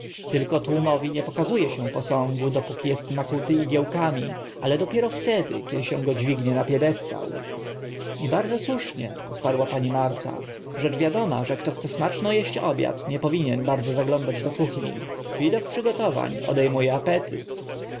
tylko tłumowi nie pokazu e się posągu dopóki est nakłuty igiełkami ale dopiero wtedy kiedy go się dźwignie na piedestał i bardzo słusznie odparła pani marta rzecz wiadoma że kto chce smaczno eść obiad nie powinien bardzo zaglądać do kuchni widok przygotowań ode mu e apetyt